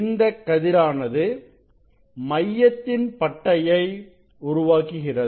இந்த கதிரானது மையத்தின் பட்டையை உருவாக்குகிறது